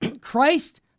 Christ